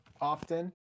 often